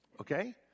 Okay